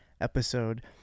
episode